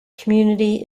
community